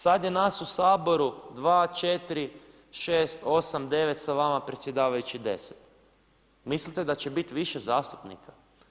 Sada je nas u Saboru 2,4,6,8,9 sa vama predsjedavajući 10, mislite li da će biti više zastupnika?